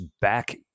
back